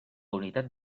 unitat